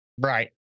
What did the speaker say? Right